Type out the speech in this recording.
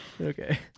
Okay